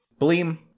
Bleem